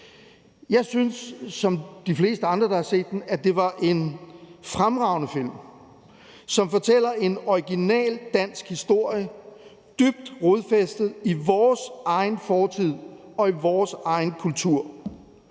Jeg synes som de fleste andre, der har set den, at det var en fremragende film, som fortæller en original dansk historie dybt rodfæstet i vores egen fortid og i vores egen kultur.